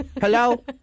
Hello